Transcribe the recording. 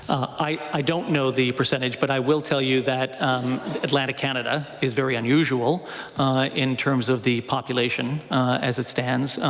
i don't know the percentage. but i will tell you that atlantic canada is very unusual in terms of the population as it stands.